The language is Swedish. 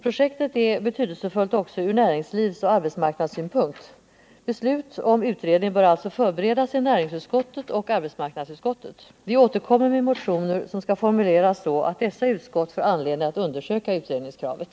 Projektet är betydelsefullt också ur näringslivsoch arbetsmarknadssynpunkt. Beslut om utredning bör alltså förberedas i näringsutskottet och arbetsmarknadsutskottet. Vi återkommer med motioner, som skall formuleras så att dessa utskott får anledning att undersöka utredningskravet.